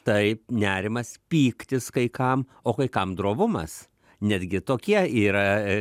taip nerimas pyktis kai kam o kai kam drovumas netgi tokie yra